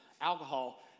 alcohol